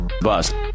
Bust